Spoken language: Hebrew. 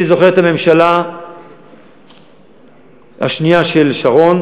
אני זוכר את הממשלה השנייה של שרון.